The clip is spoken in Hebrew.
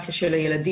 דמוניזציה של הילדים